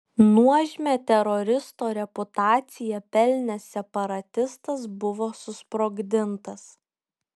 nuožmią teroristo reputaciją pelnęs separatistas buvo susprogdintas